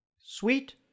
sweet